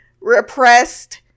Repressed